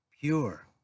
pure